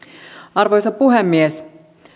arvoisa puhemies